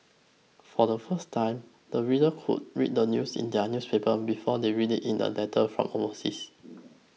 for the first time the readers could read the news in their newspaper before they read it in letters from overseas